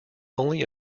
only